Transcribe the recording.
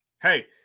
hey